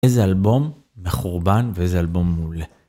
איזה אלבום מחורבן ואיזה אלבום מעולה.